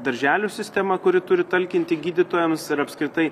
darželių sistema kuri turi talkinti gydytojams ir apskritai